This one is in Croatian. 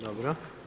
Dobro.